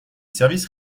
services